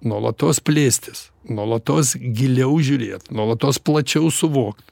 nuolatos plėstis nuolatos giliau žiūrėt nuolatos plačiau suvokt